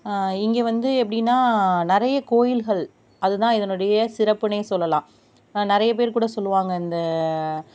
இங்கே வந்து எப்படின்னா நிறைய கோயில்கள் அது தான் இதனுடைய சிறப்புனே சொல்லலாம் நிறைய பேர் கூட சொல்லுவாங்க இந்த